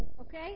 Okay